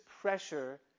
pressure